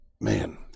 man